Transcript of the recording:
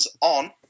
on